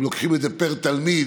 אם לוקחים את זה פר תלמיד,